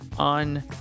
on